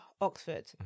oxford